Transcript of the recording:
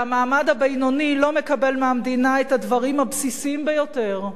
והמעמד הבינוני לא מקבל מהמדינה את הדברים הבסיסיים ביותר: